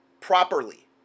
properly